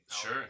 sure